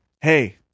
hey